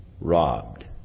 Robbed